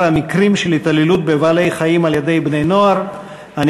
המקרים של התעללות בני-נוער בבעלי-חיים.